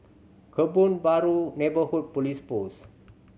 Kebun Baru Neighbourhood Police Post